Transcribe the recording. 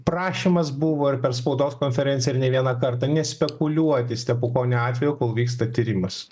prašymas buvo ir per spaudos konferenciją ir nė vieną kartą nespekuliuoti stepukonio atvejų kol vyksta tyrimas